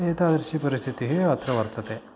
एतादृशपरिस्थितिः अत्र वर्तते